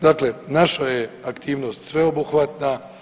Dakle, naša je aktivnost sveobuhvatna.